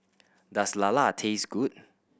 does lala taste good